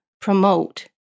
promote